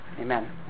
Amen